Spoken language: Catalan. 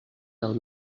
del